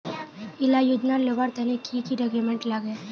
इला योजनार लुबार तने की की डॉक्यूमेंट लगे?